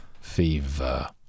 Fever